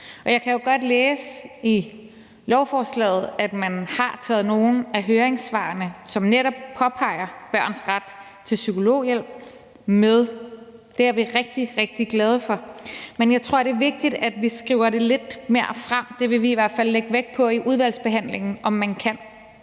Jeg kan jo godt læse i lovforslaget, at man har taget nogle af høringssvarene, som netop påpeger børns ret til psykologhjælp, med. Det er vi rigtig, rigtig glade for. Men jeg tror, at det er vigtigt, at vi fremhæver det lidt mere. Det vil vi i hvert fald i udvalgsbehandlingen lægge vægt